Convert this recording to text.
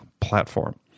platform